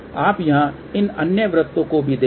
आप यहां इन अन्य वृत्तो को भी देखें